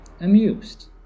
Amused